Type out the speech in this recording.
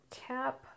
tap